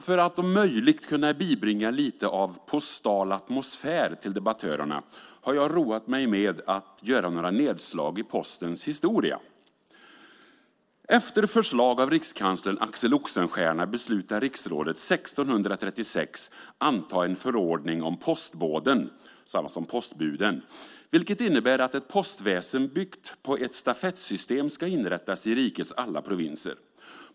För att om möjligt kunna bibringa lite av postal atmosfär till debattörerna har jag roat mig med att göra några nedslag i Postens historia. Efter förslag av rikskanslern Axel Oxenstierna beslutar riksrådet 1636 anta en förordning om postbåden - postbuden - vilket innebär att ett postväsen byggt på ett stafettsystem ska inrättas i rikets alla provinser.